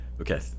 Okay